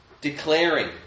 Declaring